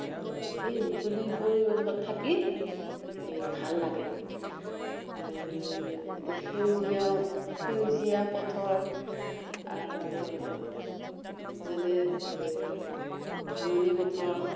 আৰু সেই মুকলি পৰিৱেশত থাকি এই ভাল লাগে আৰু ইতে সেউজীয়া সেউজীয়া পথৰ আৰু যেনে এই ধাননি পথৰ